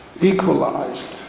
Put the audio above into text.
equalized